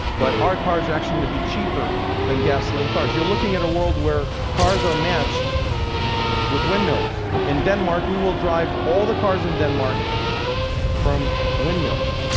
but our cars are actually going to be cheaper than gasoline cars. you're looking at a world where cars are matched with windmills. in denmark, we will drive all the cars in denmark from windmills,